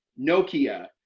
Nokia